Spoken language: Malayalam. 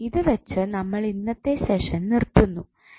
അപ്പോൾ ഇത് വെച്ച് നമ്മൾ ഇന്നത്തെ സെഷൻ നിർത്തുന്നു